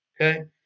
Okay